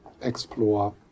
explore